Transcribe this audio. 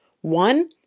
One